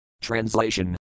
Translation